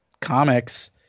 comics